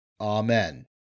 Amen